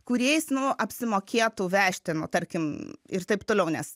kuriais nu apsimokėtų vežti nu tarkim ir taip toliau nes